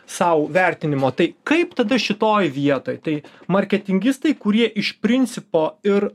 sau vertinimo tai kaip tada šitoj vietoj tai marketingistai kurie iš principo ir